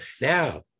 Now